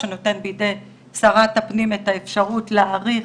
שנותן בידי שרת הפנים את האפשרות להאריך